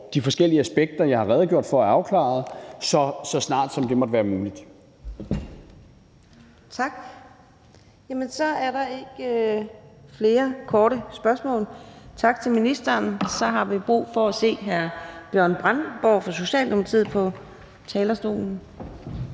de forskellige aspekter, jeg har redegjort for, er afklaret, det vil sige, så snart som det måtte være muligt. Kl. 13:16 Fjerde næstformand (Karina Adsbøl): Tak. Så er der ikke flere korte bemærkninger. Tak til ministeren. Så har vi brug for at se hr. Bjørn Brandenborg fra Socialdemokratiet på talerstolen.